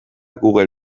google